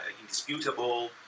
indisputable